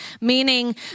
meaning